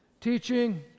teaching